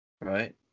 Right